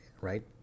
Right